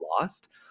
lost